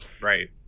Right